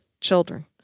children